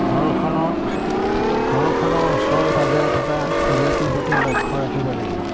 ঘৰখনৰ ওচ ঘৰখনৰ ওচৰ পাঁজাৰে থকা চুবুৰটোৰ প্ৰতি লক্ষ্য ৰাখিব লাগিব